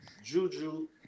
Juju